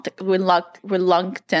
reluctant